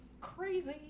crazy